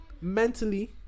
mentally